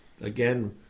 Again